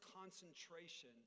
concentration